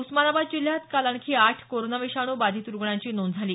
उस्मानाबाद जिल्ह्यात काल आणखी आठ कोरोना विषाणू बाधित रुग्णांची नोंद झाली